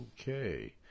okay